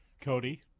Cody